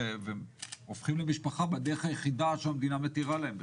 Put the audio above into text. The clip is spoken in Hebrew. והופכים למשפחה בדרך היחידה שהמדינה מתירה להם בכלל.